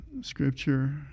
scripture